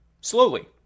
slowly